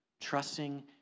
Trusting